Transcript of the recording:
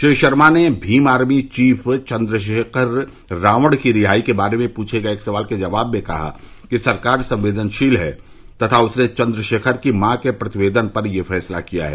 श्री शर्मा ने Bhim army chief Chandrashekhar Ravan की रिहाई के बारे में पूछे गये एक सवाल के जवाब में कहा कि सरकार संवेदनशील है तथा उसने चन्द्रशेखर की माँ के प्रतिवेदन पर यह फैसला किया है